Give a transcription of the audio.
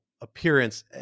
appearance